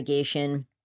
irrigation